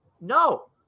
No